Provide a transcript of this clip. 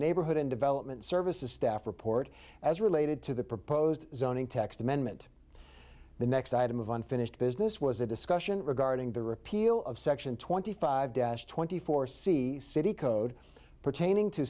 neighborhood and development services staff report as related to the proposed zoning text amendment the next item of unfinished business was a discussion regarding the repeal of section twenty five dash twenty four c city code pertaining to